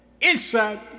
inside